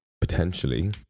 potentially